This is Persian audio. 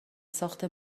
ساخت